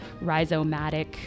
rhizomatic